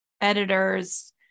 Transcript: editors